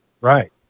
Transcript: Right